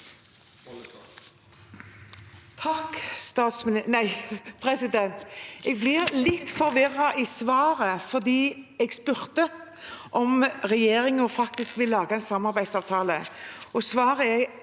(KrF) Jeg blir litt forvirret av svaret, for jeg spurte om regjeringen faktisk vil lage en samarbeidsavtale.